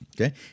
okay